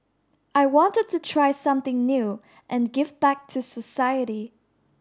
I wanted to try something new and give back to society